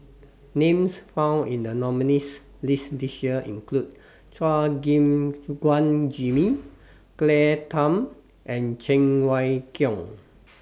Names found in The nominees' list This Year include Chua Gim Guan Jimmy Claire Tham and Cheng Wai Keung